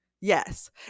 yes